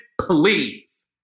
please